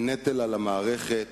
הם נטל על המערכת,